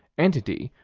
entity,